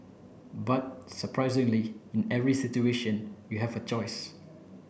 but surprisingly in every situation you have a choice